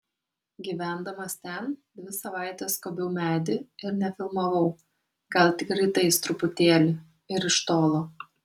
gyvendamas ten dvi savaites skobiau medį ir nefilmavau gal tik rytais truputėlį ir iš tolo